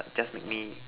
just make me